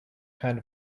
kind